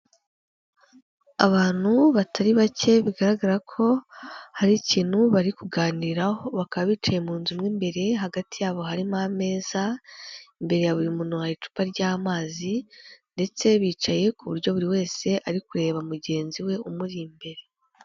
Abantu batari bake bigaragara ko hari ikintu bari kuganiraho, bakaba bicaye mu nzu mo imbere, hagati yabo harimo ameza, imbere ya buri muntu hari icupa ry'amazi, ndetse bicaye ku buryo buri wese ari kureba mugenzi we umuri imbere.